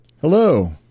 Hello